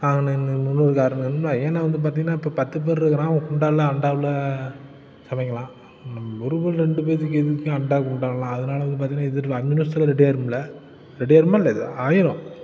நான் இன்னொரு காரணம் என்ன ஏன்னால் வந்து பார்த்தீங்கன்னா இப்போ பத்து பேர் இருக்கிறான் அவன் குண்டானில் அண்டாவில் சமைக்கலாம் ஒரு பேர் ரெண்டு பேர்த்துக்கு எதுக்குங்க அண்டா குண்டாவெலாம் அதனால வந்து பார்த்தீங்கன்னா இதில் அஞ்சு நிமிஷத்துல ரெடி ஆகிரும்ல ரெடி ஆகிருமா இல்லையா ஆகிரும்